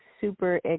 super